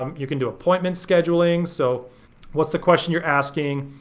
um you can do appointment schedulings. so what's the question you're asking?